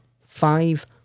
five